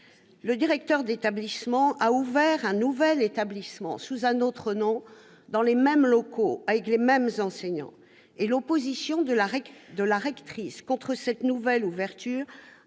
Le directeur d'établissement a ouvert un nouvel établissement, sous un autre nom, dans les mêmes locaux, avec les mêmes enseignants, et l'opposition de la rectrice contre cette nouvelle ouverture